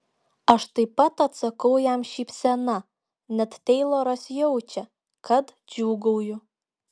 aš taip pat atsakau jam šypsena net teiloras jaučia kad džiūgauju